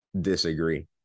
disagree